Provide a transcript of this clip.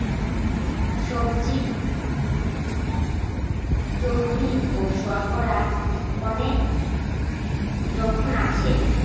সবজিত চর্বি ও শর্করা কণেক জোখন আছে